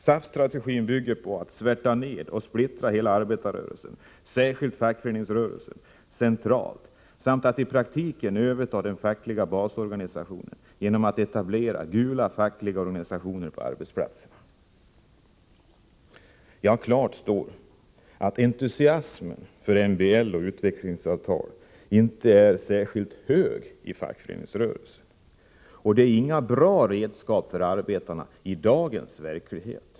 SAF-strategin bygger på att svärta ned och splittra hela arbetarrörelsen, särskilt fackföreningsrörelsen, centralt, samt att i praktiken överta den fackliga basorganisationen, genom att etablera gula fackliga organisationer på arbetsplatserna.” Klart står att entusiasmen för MBL och utvecklingsavtal inte är särskilt hög i fackföreningsrörelsen, och det är inga bra redskap för arbetarna i dagens verklighet.